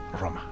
Roma